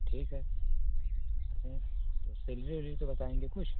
ठीक है बताए तो पंद्रह दिन मे बताएंगे कुछ